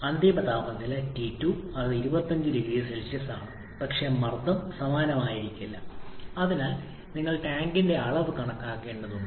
അന്തിമ താപനില T2 അത് 25 0C ആണ് പക്ഷേ മർദ്ദം സമാനമായിരിക്കില്ല അതിനാൽ നിങ്ങൾ ടാങ്കിന്റെ അളവ് കണക്കാക്കേണ്ടതുണ്ട്